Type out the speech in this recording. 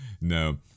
No